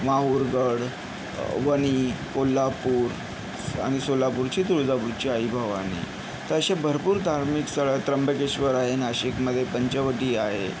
माहुरगड वणी कोल्हापूर आणि सोलापूरची तुळजापूरची आई भवानी तर अशी भरपूर धार्मिक स्थळं आहेत त्र्यंबकेश्वर आहे नाशिकमध्ये पंचवटी आहे